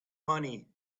money